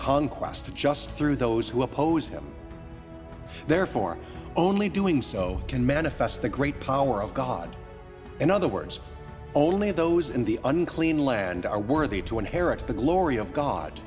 conquest just through those who oppose him therefore only doing so can manifest the great power of god in other words only those in the unclean land are worthy to inherit the glory of god